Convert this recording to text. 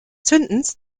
zündens